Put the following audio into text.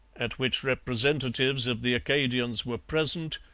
at which representatives of the acadians were present,